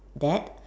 dad